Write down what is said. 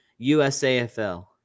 USAFL